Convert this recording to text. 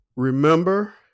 Remember